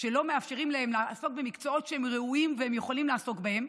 ולא מאפשרים להם לעסוק במקצועות שהם ראויים ויכולים לעסוק בהם,